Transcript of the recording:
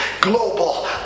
global